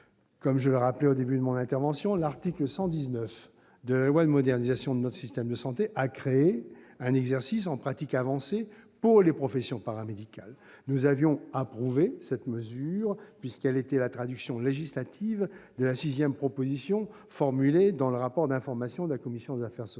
comme je le rappelais au début de mon intervention, l'article 119 de la loi de modernisation de notre système de santé a créé un exercice en pratique avancée pour les professions paramédicales. Nous avions approuvé cette mesure puisqu'elle était la traduction législative de la sixième proposition formulée dans le rapport d'information de la commission des affaires sociales.